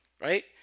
right